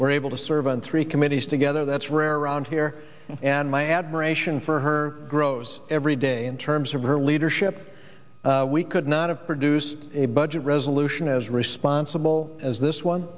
were able to serve on three committees together that's rare around here and my admiration for her grows every day in terms of her leadership we could not have produced a budget resolution as responsible as this one